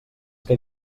que